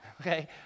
Okay